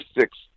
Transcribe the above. six